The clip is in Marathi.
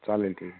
चालेल ठीक